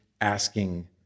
asking